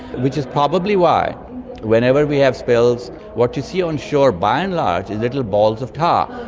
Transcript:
which is probably why whenever we have spills what you see on shore by and large is little balls of tar.